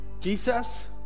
Jesus